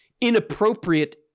inappropriate